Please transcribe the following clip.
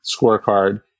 scorecard